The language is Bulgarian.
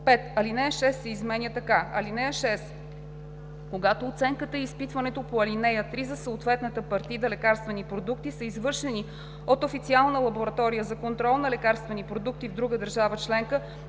„5. Алинея 6 се изменя така: „(6) Когато оценката и изпитването по ал. 3 за съответната партида лекарствени продукти са извършени от официална лаборатория за контрол на лекарствени продукти в друга държава членка,